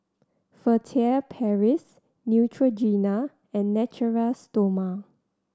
Furtere Paris Neutrogena and Natura Stoma